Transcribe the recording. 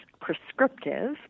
prescriptive